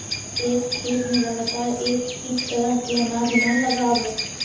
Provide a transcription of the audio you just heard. एक खेत में लगातार एक ही तरह के अनाज न लगावऽ